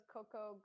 Coco